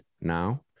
now